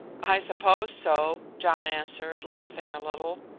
i suppose so, john answered, laughing a little.